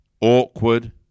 awkward